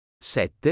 sette